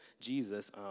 Jesus